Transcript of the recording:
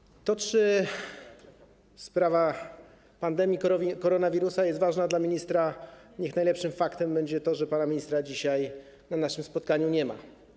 W kwestii tego, czy sprawa pandemii koronawirusa jest ważna dla ministra, niech najlepszym faktem będzie to, że pana ministra dzisiaj na naszym spotkaniu nie ma.